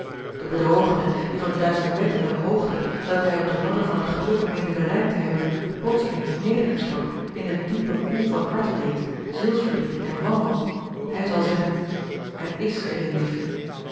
de bedrogene die van de duizelingwekkende hoogte welke hij op de ladder van het geluk meende bereikt te hebben plotseling is nedergestort in den diepen poel van harteleed ziels verdriet en wanhoop hij zal zeggen er is geene liefde